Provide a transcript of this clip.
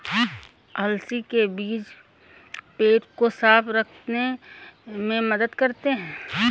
अलसी के बीज पेट को साफ़ रखने में मदद करते है